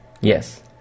Yes